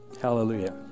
Hallelujah